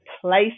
place